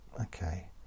Okay